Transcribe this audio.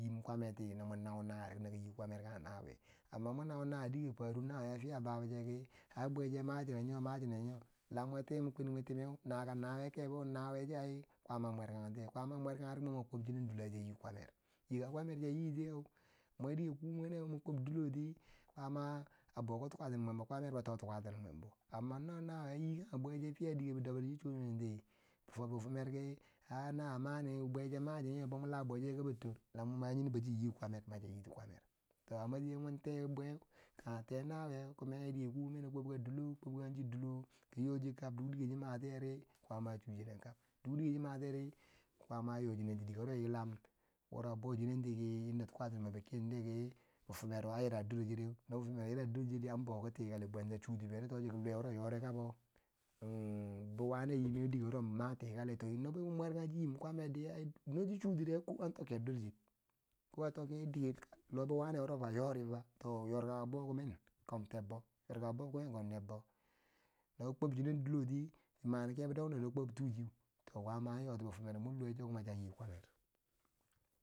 Nyim kwamer di na mwo nau nawiye naki nyi kwamer kange nawiye amma mwo nauna wiye diker faru di nawiye ya fiya baba she ki ai bweche machinen nyo, ma chinen nyo, la mwe teu mun kwen mwo mun timeu naka nawiye she ai kwaama mwekangetiye kwaama mwer kangetiye mwei mwo kwob chinen dilo nachi nyi kwamer, yi ken kwamer di ka dila mwan kwob chinen tiyeu mwo ki kwob na mwo to tukoni mweibo kwamer bot to tukatinin am no nawiye nyin kange bwe ceh fiya diker bidobori fwenkenti fubbi famerti ai nawiye mani nyob weche mani nyo, bo mwan la bwede tiri kibi tor ha mwo manye nachi nyi kwamer na chiyato, amma a masoji mwotebweu kange ze nawi yeu kimeu dike ku kimeheu kwob ka dilo ki kwab chinen dilo ki yodi ka duk dike chi matiyeri kwaamo a chuchinen kab, kwaama a yochi nen dike wuro yilam nyimbo wuro a bochinenti ki tukanmbo cheu ken tiyeri bitimero a yira dor cheru no bifumeru yira dor cherori an bour ki tikali, bwano bibeiyo wuro nyori kabo bi wari nyineu dike wuro ma tikali, no che nyin kwamerdi duk chi chutiri ko we an tokker dor cherki dike wo yorifa, to nyorkabo bou kemen kom tebbo kange nebba, no ki kwobchi nen diloti chi mabo dong dong ri ki kwob tu cire, to kwaama a yoti bitumero mor lowecho channyi kwamer.